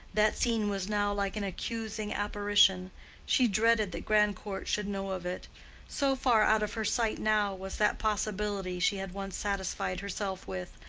that scene was now like an accusing apparition she dreaded that grandcourt should know of it so far out of her sight now was that possibility she had once satisfied herself with,